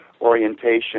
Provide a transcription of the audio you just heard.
orientation